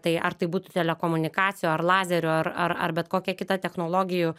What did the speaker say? tai ar tai būtų telekomunikacijų ar lazerių ar ar ar bet kokia kita technologijų